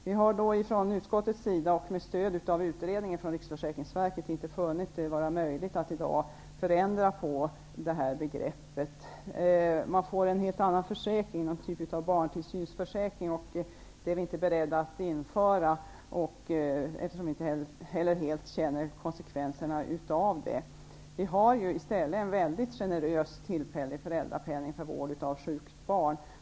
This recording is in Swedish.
Vi i utskottet har, med stöd av Riksförsäkringsverkets utredning, inte funnit det vara möjligt att i dag förändra det här begreppet. Man får en helt annan försäkring då -- en sorts barntillsynsförsäkring -- och något sådant är vi inte beredda att införa. Vi känner ju heller inte helt till vad konsekvenserna av detta skulle bli. I stället har vi en väldigt generös, tillfällig föräldrapenning när det gäller vård av sjukt barn.